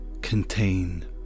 contain